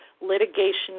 litigation